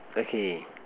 okay